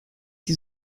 die